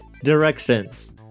directions